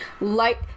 light